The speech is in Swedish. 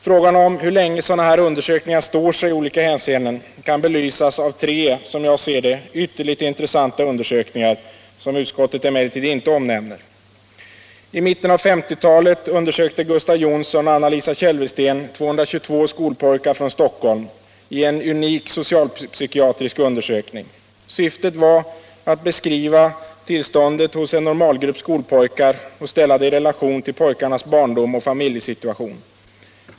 Frågan hur länge sådana här undersökningar står sig i olika hänseenden kan belysas av tre som jag ser det ytterligt intressanta undersökningar, som utskottet emellertid inte har nämnt. I mitten av 1950-talet undersökte Gustav Jonsson och Anna-Lisa Kälvesten 222 skolpojkar från Stockholm i en unik socialpsykiatrisk studie. Syftet var att beskriva det psykiska tillståndet hos en normalgrupp skolpojkar och ställa detta i relation till pojkarnas barndom och familjesituation.